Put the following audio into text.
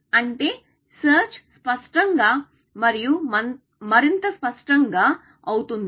అంటే సెర్చ్ స్పష్టం గా మరియు మరింత స్పష్టం గా అవుతుంది